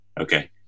Okay